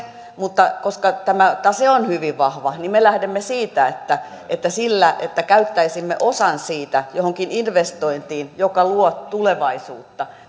koska tämä tase on hyvin vahva me lähdemme siitä että että se että käyttäisimme osan siitä johonkin investointiin joka luo tulevaisuutta